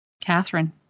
Catherine